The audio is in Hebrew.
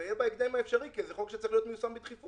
אבל יהיה בהקדם האפשרי כי זה חוק שצריך להיות מיושם בדחיפות,